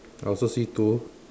I also see two